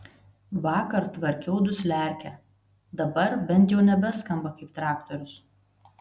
vakar tvarkiau dusliarkę dabar bent jau nebeskamba kaip traktorius